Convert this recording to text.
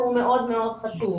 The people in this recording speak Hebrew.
והוא מאוד מאוד חשוב.